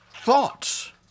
thoughts